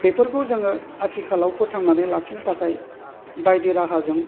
बेफोरखौ जोङो आथिखालाव फोथांनानै लाखिनो थाखाय बायदि राहाजों